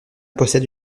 possède